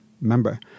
member